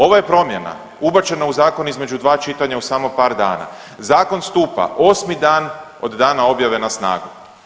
Ova je promjena ubačena u zakon između dva čitanja u samo par dana, zakon stupa osmi dan od dana objave na snagu.